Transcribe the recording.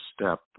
step